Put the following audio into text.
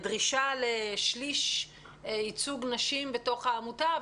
בדרישה לשליש ייצוג נשים בתוך העמותה,